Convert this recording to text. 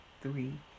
three